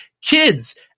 kids